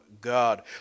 God